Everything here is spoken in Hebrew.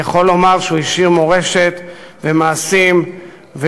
אני יכול לומר שהוא השאיר מורשת ומעשים ופיתוח